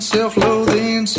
Self-loathing